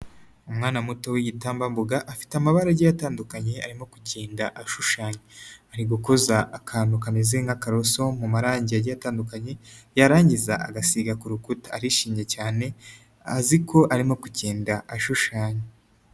Umwana muto w'igitambambuga afite amabara agiye atandukanye arimo kugenda ashushanya, ari gukoza akantu kameze nk'akaroso mu marangi atandukanye yarangiza agasiga ku rukuta, arishimye cyane azi ko arimo kugenda ashushanya.